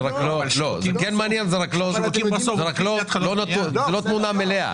זאת לא התמונה המלאה.